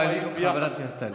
טלי, חברת הכנסת טלי.